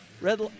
Red